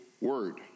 word